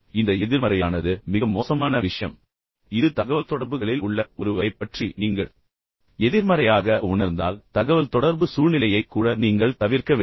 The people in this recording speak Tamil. எனவே இந்த எதிர்மறையானது மிக மோசமான விஷயம் என்று நான் கூறுவேன் இது தகவல்தொடர்புகளில் உள்ள ஒருவரைப் பற்றி நீங்கள் எதிர்மறையாக உணர்ந்தால் எனவே தகவல் தொடர்பு சூழ்நிலையை கூட நீங்கள் தவிர்க்க வேண்டும்